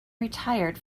retired